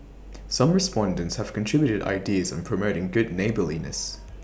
some respondents have contributed ideas on promoting good neighbourliness